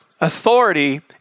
authority